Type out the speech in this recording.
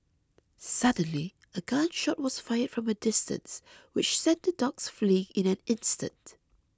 suddenly a gun shot was fired from a distance which sent the dogs fleeing in an instant